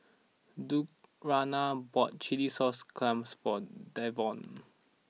Lurana bought Chilli Sauce Clams for Davon